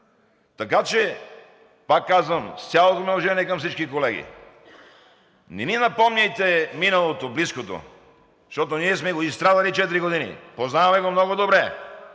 Така че, пак казвам, с цялото ми уважение към всички колеги, не ми напомняйте миналото, близкото, защото ние сме го изстрадали четири години, познаваме го много добре